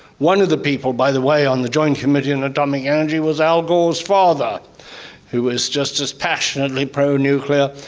one of the people by the way on the joint committee on atomic energy was al gore's father who is just as passionately pro-nuclear.